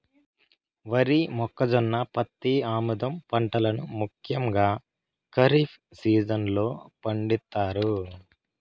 వరి, మొక్కజొన్న, పత్తి, ఆముదం పంటలను ముఖ్యంగా ఖరీఫ్ సీజన్ లో పండిత్తారు